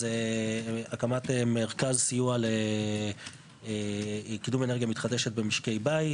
אז הקמת מרכז סיוע לקידום אנרגיה מתחדשת במשקי בית.